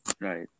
Right